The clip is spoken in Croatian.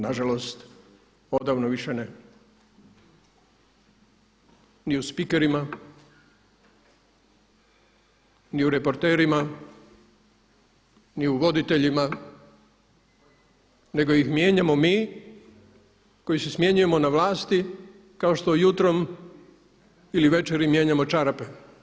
Nažalost, odavno više ne, ni u spikerima, ni u reporterima, ni u voditeljima nego ih mijenjamo mi koji se smjenjujemo na vlasti kao što jutrom ili večeri mijenjamo čarape.